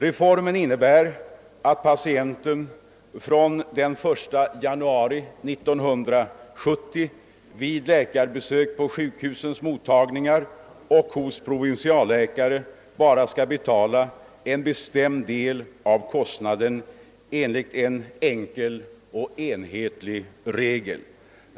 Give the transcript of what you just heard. Reformen innebär att patienten från den 1 januari 1970 vid läkarbesök på sjukhusens mottagningar och hos provinsialläkare bara skall betala en bestämd del av kostnaden enligt en enkel och enhetlig regel.